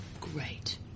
great